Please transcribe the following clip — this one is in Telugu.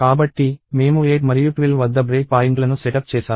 కాబట్టి మేము 8 మరియు 12 వద్ద బ్రేక్ పాయింట్లను సెటప్ చేసారు